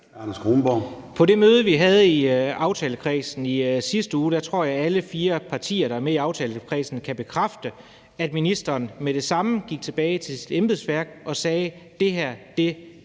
På det møde, vi havde i aftalekredsen i sidste uge – det tror jeg alle fire partier, der er med i aftalekredsen, kan bekræfte – gik ministeren med det samme gik tilbage til sit embedsværk og sagde: Det her får vi